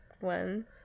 one